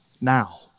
now